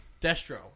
Destro